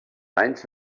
anys